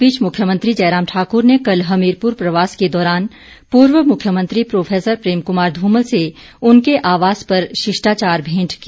इस बीच मुख्यमंत्री जयराम ठाकुर ने कल हमीरपुर प्रवास के दौरान पूर्व मुख्यमंत्री प्रो प्रेम कुमार ध्रमल से उनके आवास पर शिष्टाचार भेंट की